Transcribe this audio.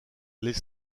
les